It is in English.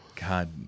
god